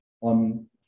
on